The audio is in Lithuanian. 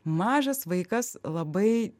mažas vaikas labai